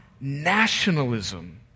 nationalism